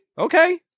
Okay